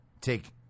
Take